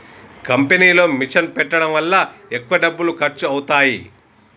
కంపెనీలో మిషన్ పెట్టడం వల్ల ఎక్కువ డబ్బులు ఖర్చు అవుతాయి